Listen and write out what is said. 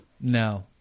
No